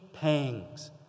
pangs